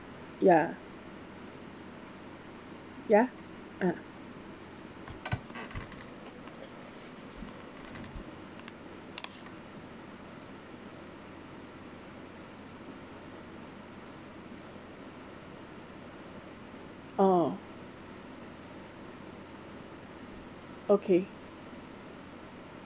ya ya ah orh okay